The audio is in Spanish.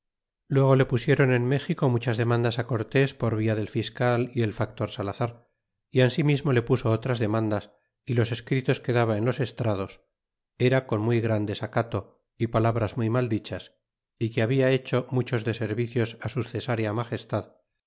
luego le pusieron en méxico muchas demandas cortes por via del fiscal y el factor salazar y ensimismo le puso otras demandas y los escritos que daba en los estrados era con muy gran desacato y palabras muy mal dichas y que habia hecho muchos deservidos su cesarea magestad